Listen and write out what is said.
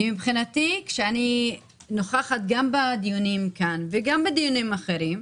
כשאני נוכחת בדיונים כאן וגם בדיונים אחרים,